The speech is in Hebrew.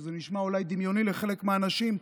שזה נשמע אולי דמיוני לחלק מהאנשים,